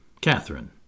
Catherine